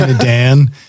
dan